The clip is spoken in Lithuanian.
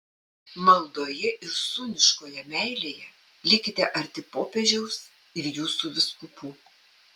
maldoje ir sūniškoje meilėje likite arti popiežiaus ir jūsų vyskupų